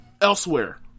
elsewhere